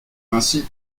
incite